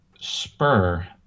spur